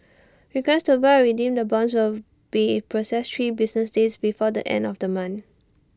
requests to buy or redeem the bonds will be processed three business days before the end of the month